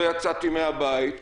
לא יצאתי מהבית.